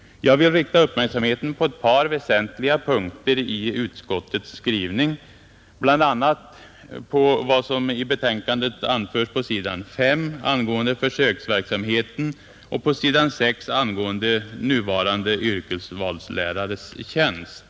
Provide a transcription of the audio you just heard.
Jag vill rikta uppmärksamheten på ett par väsentliga punkter i utskottets skrivning, bl.a. på vad som i betänkandet anförs på s. 5 angående försöksverksamheten och på s. 6 angående nuvarande yrkesvalslärares tjänst.